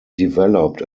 developed